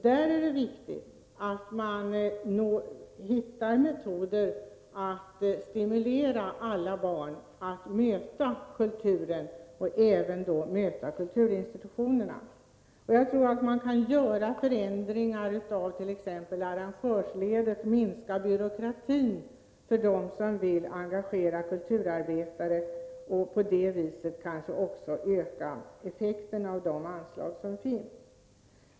Det är viktigt att man hittar metoder att stimulera alla barn att möta kulturen och även kulturinstitutionerna. Jag tror att man kan göra förändringar i t.ex. arrangörsledet, minska byråkratin för dem som vill engagera kulturarbetare, och på det viset kanske också öka effekten av de anslag som finns.